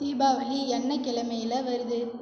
தீபாவளி என்ன கிழமையில வருது